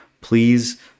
please